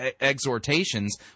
exhortations